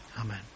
Amen